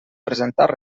presentar